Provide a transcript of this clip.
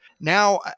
Now